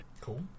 Cool